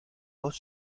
voz